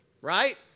right